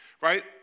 right